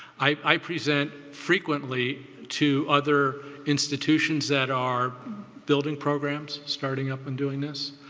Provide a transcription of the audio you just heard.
i present frequently to other institutions that are building programs, starting up and doing this.